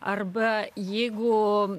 arba jeigu